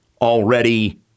already